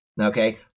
Okay